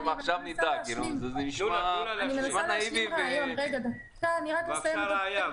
אני רק אסיים את הדברים.